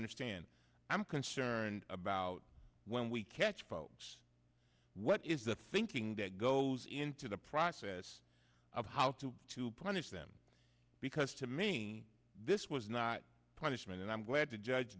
understand i'm concerned about when we catch folks what is the thinking that goes into the process of how to to punish them because to me this was not punishment and i'm glad to judge